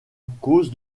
cause